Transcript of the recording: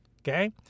Okay